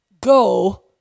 go